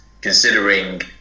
considering